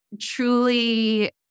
truly